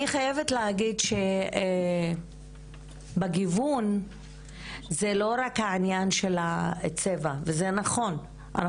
אני חייבת להגיד שבגיוון זה לא רק העניין של הצבע וזה נכון,